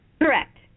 Correct